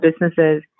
businesses